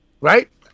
Right